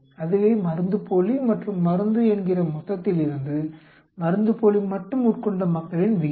அதுவே மருந்துப்போலி மற்றும் மருந்து என்கிற மொத்தத்திலிருந்து மருந்துப்போலி மட்டும் உட்கொண்ட மக்களின் விகிதம்